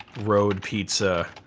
road pizza